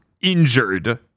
injured